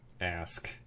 ask